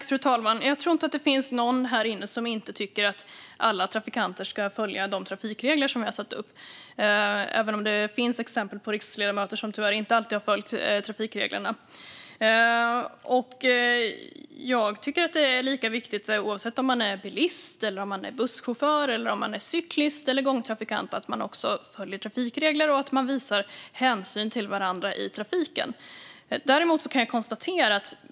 Fru talman! Jag tror inte att det finns någon här som inte tycker att alla trafikanter ska följa gällande trafikregler - även om det finns exempel på riksdagsledamöter som tyvärr inte alltid har följt trafikreglerna. Jag tycker att det är lika viktigt oavsett om man är bilist, busschaufför, cyklist eller gångtrafikant att man följer trafikregler och visar hänsyn till varandra i trafiken.